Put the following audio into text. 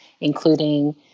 including